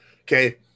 Okay